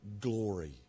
glory